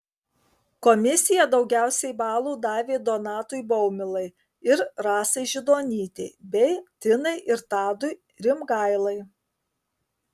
komisija daugiausiai balų davė donatui baumilai ir rasai židonytei bei tinai ir tadui rimgailai